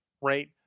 right